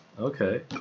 okay